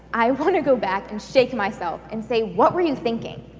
i want to go back and shake myself and say, what were you thinking?